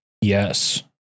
Yes